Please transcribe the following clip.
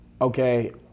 Okay